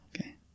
Okay